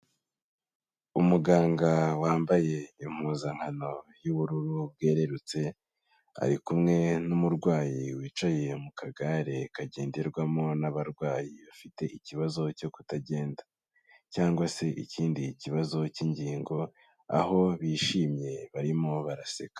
Umuganga wambaye impuzankano y'ubururu bwererutse, ari kumwe n'umurwayi wicaye mu kagare kagenderwamo n'abarwayi bafite ikibazo cyo kutagenda cyangwa se ikindi kibazo cy'ingingo, aho bishimye barimo baraseka.